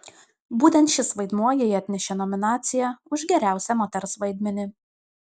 būtent šis vaidmuo jai atnešė nominaciją už geriausią moters vaidmenį